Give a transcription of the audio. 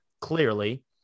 clearly